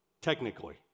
technically